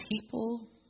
people